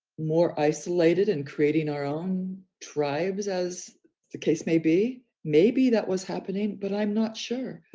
more isolated and creating our own tribes, as the case may be. maybe that was happening, but i'm not sure.